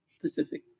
Pacific